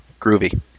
groovy